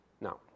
Now